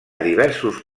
diversos